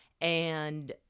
and-